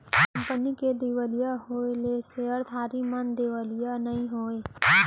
company के देवालिया होएले सेयरधारी मन देवालिया नइ होवय